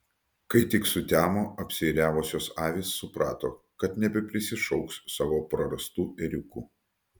kai tik sutemo apsiėriavusios avys suprato kad nebeprisišauks savo prarastų ėriukų